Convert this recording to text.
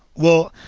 well,